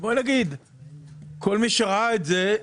להתחיל להכין מחדש